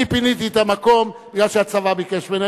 אני פיניתי את המקום מפני שהצבא ביקש ממני,